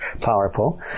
powerful